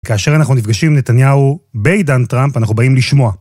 כאשר אנחנו נפגשים עם נתניהו בעידן טראמפ, אנחנו באים לשמוע.